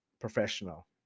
professional